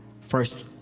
first